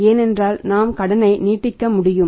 ஏனென்றால் நாம் கடனை நீட்டிக்க முடியும்